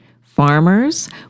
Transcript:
Farmers